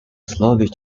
slowly